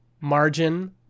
margin